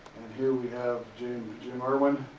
here we have jim, jim irwin.